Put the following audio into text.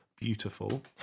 beautiful